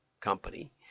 company